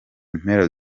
mpera